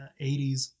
80s